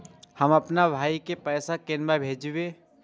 हम आपन भाई के पैसा केना भेजबे?